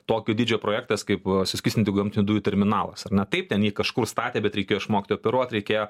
tokio dydžio projektas kaip suskystintų gamtinių dujų terminalas ar ne taip ten jį kažkur statė bet jį reikėjo išmokti operuot reikėjo